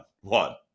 One